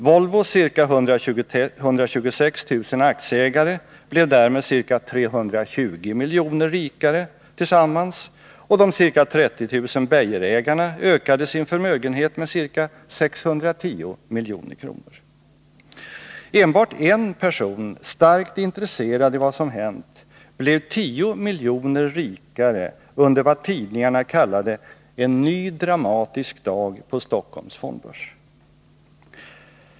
Volvos ca 126 000 aktieägare blev därmed ca 320 milj.kr. rikare tillsammans och de ca 30 000 Beijerägarna ökade sin förmögenhet med ca 610 milj.kr.” Enbart en person, starkt intresserad i vad som hänt, blev 10 milj.kr. rikare under vad tidningarna kallade ”en ny dramatisk dag på Stockholms fondbörs”.